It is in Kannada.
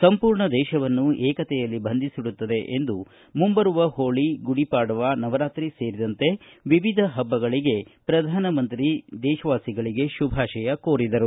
ಸಂಪೂರ್ಣ ದೇಶವನ್ನು ಏಕತೆಯಲ್ಲಿ ಬಂಧಿಸಿಡುತ್ತದೆ ಎಂದು ಮಂಬರುವ ಹೋಳಿ ಗುಡಿಪಾಡವಾ ನವರಾತ್ರಿ ಸೇರಿದಂತೆ ವಿವಿಧ ಹಬ್ಬಗಳಿಗೆ ಪ್ರಧಾನ ಮಂತ್ರಿ ಶುಭಾಶಯ ಕೋರಿದರು